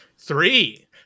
Three